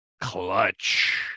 clutch